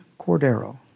Cordero